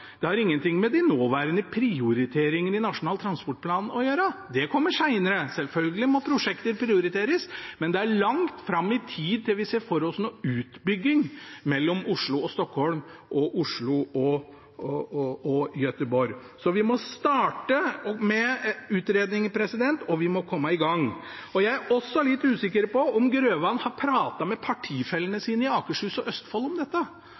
Det har ingenting med de nåværende prioriteringene i Nasjonal transportplan å gjøre. Det kommer senere, selvfølgelig må prosjekter prioriteres, men det er langt fram i tid til vi ser for oss noen utbygging mellom Oslo og Stockholm og Oslo og Göteborg. Så vi må starte med utredninger, og vi må komme i gang. Jeg er også litt usikker på om Grøvan har pratet med partifellene sine i Akershus og Østfold om dette,